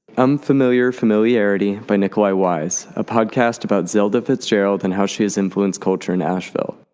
unfamiliar familiarity by nicolai wise a podcast about zelda fitzgerald and how she's influenced culture in ashevill.